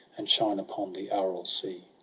and shine upon the aral sea.